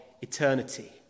eternity